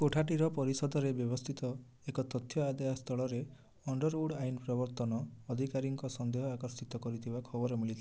କୋଠାଟିର ପରିସଦରେ ବ୍ୟବସ୍ଥିତ ଏକ ତଥ୍ୟ ଆଦାୟ ସ୍ଥଳରେ ଅଣ୍ଡରଉଡ଼୍ ଆଇନ ପ୍ରବର୍ତ୍ତନ ଅଧିକାରୀଙ୍କ ସନ୍ଦେହ ଆକର୍ଷିତ କରିଥିବା ଖବର ମିଳିଥିଲା